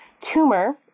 tumor